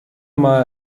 mal